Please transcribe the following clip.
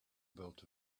built